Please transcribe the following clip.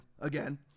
again